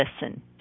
listen